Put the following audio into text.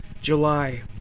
July